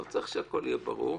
לא צריך שהכול יהיה ברור.